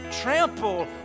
trample